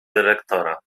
dyrektora